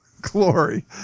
glory